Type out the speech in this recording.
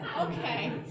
Okay